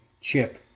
chip